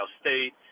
State